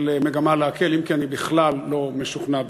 של מגמה להקל, אם כי אני בכלל לא משוכנע בכך.